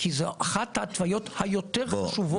כי זוהי אחת ההתוויות היותר חשובות